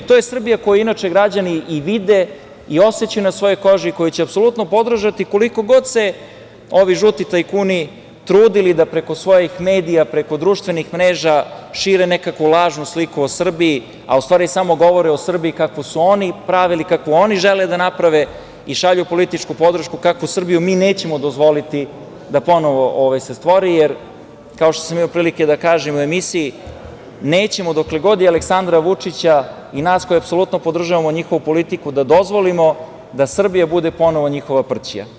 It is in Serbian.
To je Srbija koju inače građani vide, osećaju na svojoj koži, koju će apsolutno podržati, koliko god se ovi žuti tajkuni trudili da preko svojih medija, društvenih mreža šire nekakvu lažnu sliku o Srbiji, a u stvari samo govore o Srbiji kakvu su oni pravili, kakvu oni žele da naprave i šalju političku podršku kakvu Srbiju mi nećemo dozvoliti da se ponovo stvori, jer kao što sam imao prilike da kažem u emisiji – nećemo dokle god je Aleksandra Vučića i nas koji apsolutno podržavamo njihovu politiku da dozvolimo da Srbija bude ponovo njihova prćija.